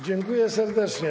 Dziękuję serdecznie.